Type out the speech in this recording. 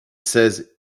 says